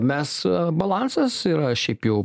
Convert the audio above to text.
mes balansas yra šiaip jau